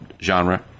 genre